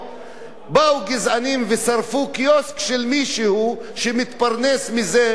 באו גזענים ושרפו קיוסק של מישהו שמתפרנס מזה בצפת.